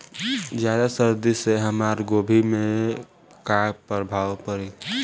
ज्यादा सर्दी से हमार गोभी पे का प्रभाव पड़ी?